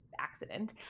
accident